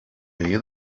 day